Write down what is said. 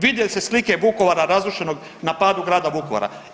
Vidjeli ste slike Vukovara razrušenog na padu grada Vukovara.